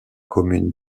commune